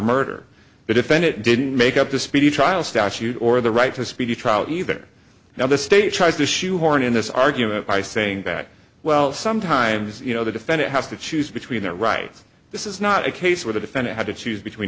murder the defendant didn't make up the speedy trial statute or the right to speedy trial either now the state tries to shoehorn in this argument by saying that well sometimes you know the defendant has to choose between their right this is not a case where the defendant had to choose between